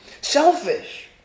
selfish